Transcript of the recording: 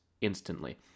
instantly